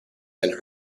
and